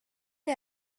est